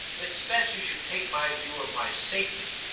it's best you should take my view of my safety,